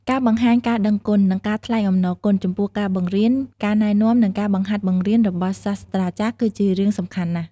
ការបង្ហាញការដឹងគុណ និងការថ្លែងអំណរគុណ ចំពោះការបង្រៀន ការណែនាំ និងការបង្ហាត់បង្រៀនរបស់សាស្រ្តាចារ្យ គឺជារឿងសំខាន់ណាស់។